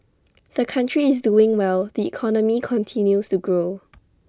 the country is doing well the economy continues to grow